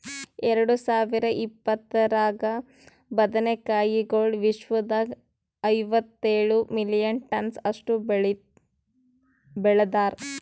ಎರಡು ಸಾವಿರ ಇಪ್ಪತ್ತರಾಗ ಬದನೆ ಕಾಯಿಗೊಳ್ ವಿಶ್ವದಾಗ್ ಐವತ್ತೇಳು ಮಿಲಿಯನ್ ಟನ್ಸ್ ಅಷ್ಟು ಬೆಳದಾರ್